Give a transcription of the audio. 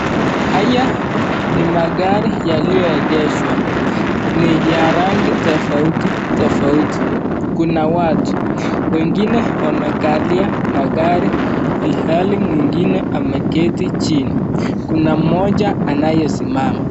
Haya ni magari yaliyoegeshwa ,ni ya rangi tofauti tofauti ,kuna watu wengine wamevalia magari ilhali mwingine ameketi chini. Kuna mmoja anayesimama.